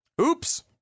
Oops